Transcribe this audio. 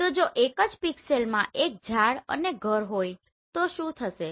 તો જો એક જ પિક્સેલમાં એક ઝાડ અને ઘર હોય તો શું થશે